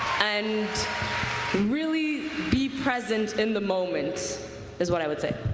and really be present in the moment is what i would say.